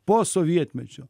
po sovietmečio